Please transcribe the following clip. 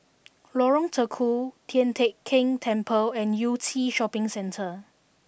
Lorong Tukol Tian Teck Keng Temple and Yew Tee Shopping Centre